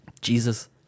Jesus